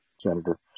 Senator